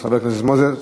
חבר הכנסת מוזס.